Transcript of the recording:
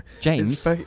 James